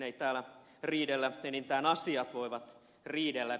ei täällä riidellä enintään asiat voivat riidellä